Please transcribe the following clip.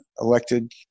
elected